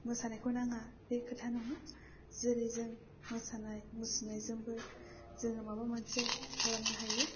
मोसानायखौ नाङा बे खोथा नङा जेरै जों मोसानाय मुसुरनायजोंबो जोङो माबा मोनसे खालामनो हायो